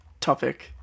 topic